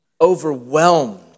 overwhelmed